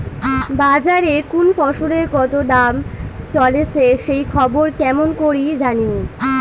বাজারে কুন ফসলের কতো দাম চলেসে সেই খবর কেমন করি জানীমু?